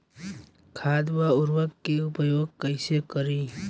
खाद व उर्वरक के उपयोग कईसे करी?